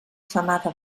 femada